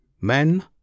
men